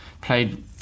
played